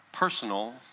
personal